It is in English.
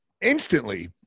instantly